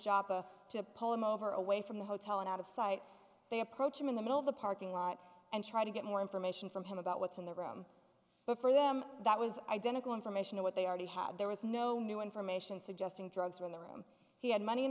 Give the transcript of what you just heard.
joppa to pull him over away from the hotel and out of sight they approach him in the middle of the parking lot and try to get more information from him about what's in the room but for them that was identical information to what they already had there was no new information suggesting drugs were in the room he had money in